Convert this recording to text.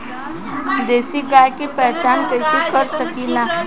देशी गाय के पहचान कइसे कर सकीला?